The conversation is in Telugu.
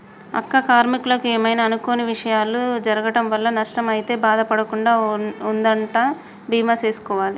అక్క కార్మీకులకు ఏమైనా అనుకొని విషయాలు జరగటం వల్ల నష్టం అయితే బాధ పడకుండా ఉందనంటా బీమా సేసుకోవాలి